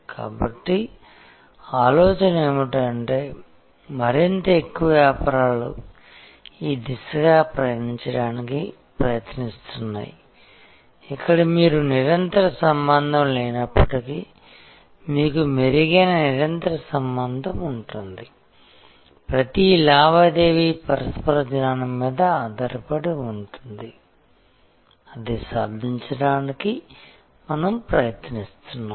కాబట్టి ఆలోచన ఏమిటంటే మరింత ఎక్కువ వ్యాపారాలు ఈ దిశగా ప్రయాణించడానికి ప్రయత్నిస్తున్నాయి ఇక్కడ మీకు నిరంతర సంబంధం లేనప్పటికీ మీకు మెరుగైన నిరంతర సంబంధం ఉంటుంది ప్రతి లావాదేవీ పరస్పర జ్ఞానం మీద ఆధారపడి ఉంటుంది అదే సాధించడానికి మనం ప్రయత్నిస్తున్నాము